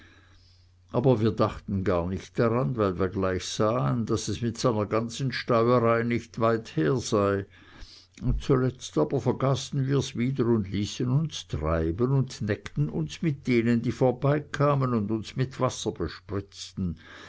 aber wir dachten gar nicht dran weil wir gleich sahen daß es mit seiner ganzen steuerei nicht weit her sei zuletzt aber vergaßen wir's wieder und ließen uns treiben und neckten uns mit denen die vorbeikamen und uns mit wasser bespritzten